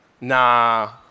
nah